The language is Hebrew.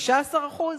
15%?